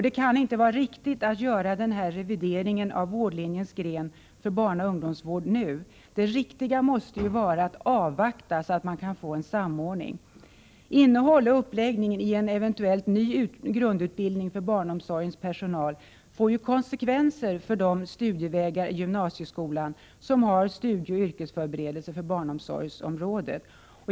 Det kan inte vara riktigt att göra denna revidering av vårdlinjens gren för barnaoch ungdomsvård nu. Det riktiga måste vara att avvakta så att man kan få en samordning. Innehåll och uppläggning i en eventuellt ny grundutbildning för barnomsorgens personal får ju konsekvenser för de studievägar i gymnasieskolan som har studieoch yrkesförberedelse för barnomsorgsområdet.